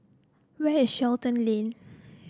where is Shenton Lane